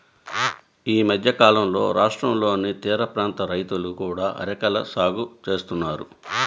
ఈ మధ్యకాలంలో రాష్ట్రంలోని తీరప్రాంత రైతులు కూడా అరెకల సాగు చేస్తున్నారు